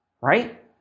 Right